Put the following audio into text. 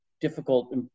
difficult